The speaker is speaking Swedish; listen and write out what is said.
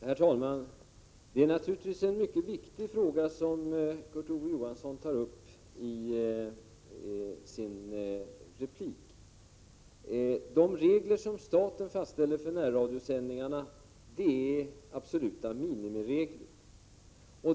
Herr talman! Det är naturligtvis en mycket viktig fråga som Kurt Ove Johansson tar upp i sitt anförande. De regler som staten fastställer för närradiosändningarna är absoluta minimiregler.